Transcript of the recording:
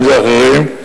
אם אחרים,